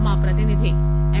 మా ప్రతినిధి ఎమ్